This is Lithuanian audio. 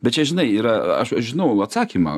bet čia žinai yra aš žinau atsakymą